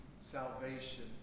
salvation